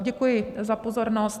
Děkuji za pozornost.